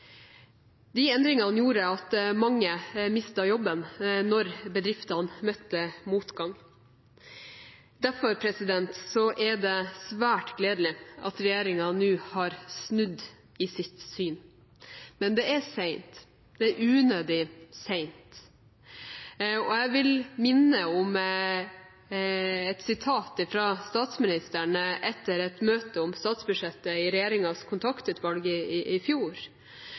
De endringene gjorde at mange mistet jobben når bedriftene møtte motgang. Derfor er det svært gledelig at regjeringen nå har snudd i sitt syn. Men det er sent, det er unødig sent, og jeg vil minne om et sitat fra statsministeren etter et møte om statsbudsjettet i regjeringens kontaktutvalg i fjor.